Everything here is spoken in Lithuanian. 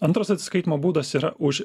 antras atsiskaitymo būdas yra už